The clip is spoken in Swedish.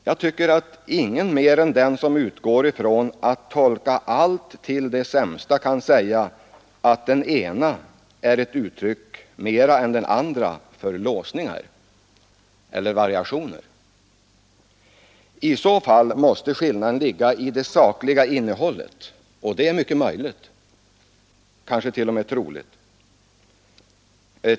Jag tycker att ingen mer än den som vill tolka allt till det sämsta kan säga att den ena planen mer än den andra är uttryck för låsningar eller variationer. I så fall måste skillnaden ligga i det sakliga innehållet; det är mycket möjligt, kanske t.o.m. troligt.